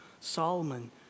Solomon